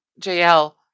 JL